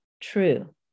true